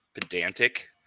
pedantic